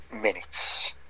minutes